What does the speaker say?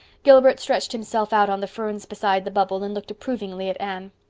gilbert stretched himself out on the ferns beside the bubble and looked approvingly at anne.